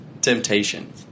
temptation